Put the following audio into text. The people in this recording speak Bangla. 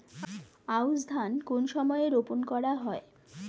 আউশ ধান কোন সময়ে রোপন করা হয়?